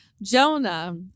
Jonah